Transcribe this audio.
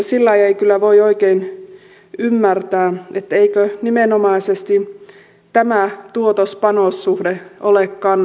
sillä lailla ei kyllä voi oikein ymmärtää että eikö nimenomaisesti tämä tuotospanos suhde ole kannattava